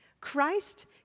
Christ